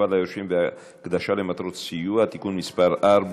ליורשים והקדשה למטרות סיוע) (תיקון מס' 4)